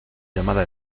llamada